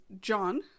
John